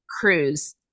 cruise